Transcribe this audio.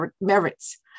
merits